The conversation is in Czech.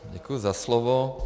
Děkuju za slovo.